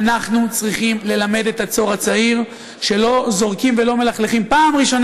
אנחנו צריכים ללמד את הדור הצעיר שלא זורקים ולא מלכלכים: ראשית,